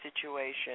situation